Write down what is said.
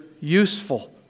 useful